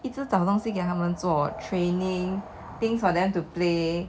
一直找个东西给他们做 training things for them to play